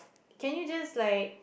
can you just like